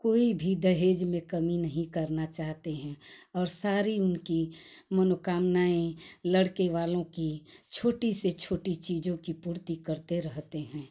कोई भी दहेज में कमी नहीं करना चाहते हैं और सारी उनकी मनोकामनाएँ लड़केवालों की छोटी से छोटी चीजों की पूर्ति करते रहते हैं